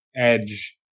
Edge